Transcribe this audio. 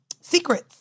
Secrets